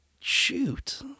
shoot